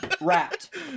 wrapped